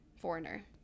foreigner